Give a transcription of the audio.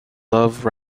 love